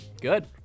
Good